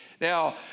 Now